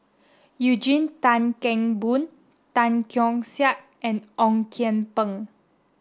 Eugene Tan Kheng Boon Tan Keong Saik and Ong Kian Peng